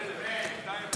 יחי, יחי, יחי.